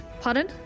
Pardon